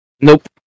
Nope